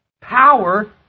power